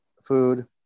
food